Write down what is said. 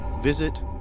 visit